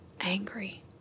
angry